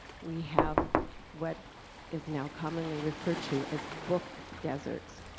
we have what is now commonly referred to as book deserts.